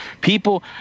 People